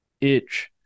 itch